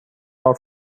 our